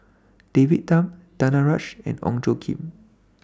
David Tham Danaraj and Ong Tjoe Kim